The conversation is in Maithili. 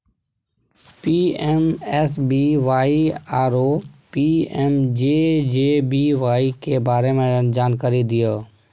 पी.एम.एस.बी.वाई आरो पी.एम.जे.जे.बी.वाई के बारे मे जानकारी दिय?